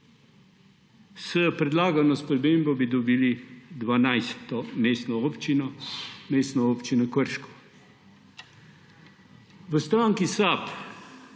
S predlagano spremembo bi dobili 12. mestno občino, mestno občino Krško. V SAB